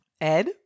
Ed